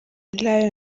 lyon